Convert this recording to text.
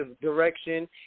direction